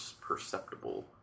perceptible